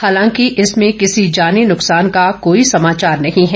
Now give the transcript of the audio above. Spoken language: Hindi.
हालांकि इसमें किसी जानी नुकसान का कोई समाचार नहीं है